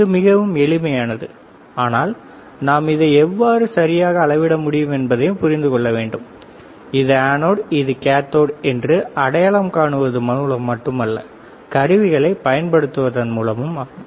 இது மிகவும் எளிமையானது ஆனால் நாம் இதை எவ்வாறு சரியாக அளவிட முடியும் என்பதையும் புரிந்து கொள்ள வேண்டும் இது அனோட் இது கேத்தோடு என்று அடையாளம் காணுவது மூலம் மட்டுமல்ல கருவிகளைப் பயன்படுத்துவதன் மூலமும் ஆகும்